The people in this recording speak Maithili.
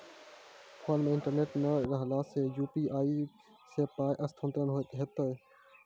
फोन मे इंटरनेट नै रहला सॅ, यु.पी.आई सॅ पाय स्थानांतरण हेतै?